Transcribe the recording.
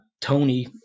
Tony